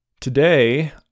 Today